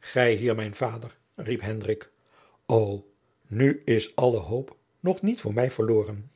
gij hier mijn vader riep hendrik o nu is alle hoop nog niet voor mij verloren